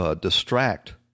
distract